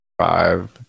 five